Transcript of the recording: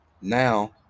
Now